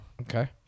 Okay